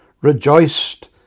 Rejoiced